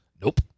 Nope